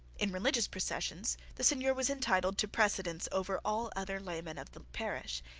in religious processions the seigneur was entitled to precedence over all other laymen of the parish,